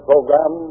Program